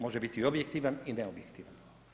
Može biti i objektivan i neobjektivan.